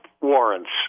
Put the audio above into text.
warrants